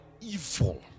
evil